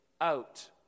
out